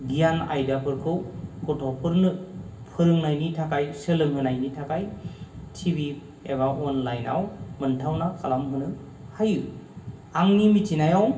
गियान आयदाफोरखौ गथ'फोरनो फोरोंनायनि थाखाय सोलोंहोनायनि थाखाय टि भि एबा अनलाइन आव मोनथावना खालामहोनो हायो आंनि मिथिनायाव